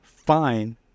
Fine